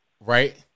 Right